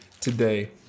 today